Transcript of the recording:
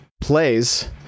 plays